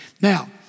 Now